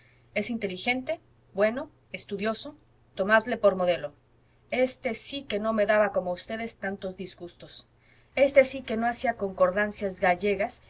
es inteligente bueno estudioso tomadle por modelo este sí que no me daba como ustedes tantos disgustos éste sí que no hacía concordancias gallegas